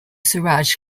suraj